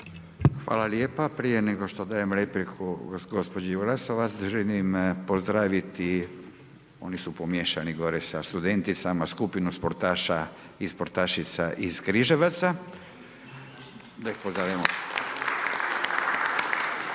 Hvala lijepo. Prije nego što dam repliku gospođi Glasovac, želim pozdraviti, oni su pomiješani gore sa studenticama, skupinu sportaša i sportašica iz Križevaca. …/Pljesak./…